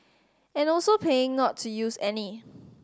and also paying not to use any